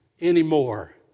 anymore